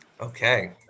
Okay